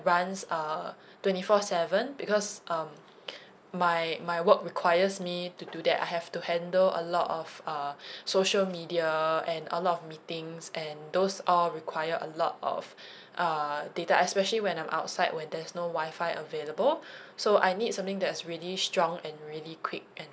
runs uh twenty four seven because um my my work requires me to do that I have to handle a lot of uh social media and a lot of meetings and those all require a lot of err data especially when I'm outside when there's no wifi available so I need something that's really strong and really quick and